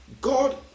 god